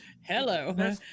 hello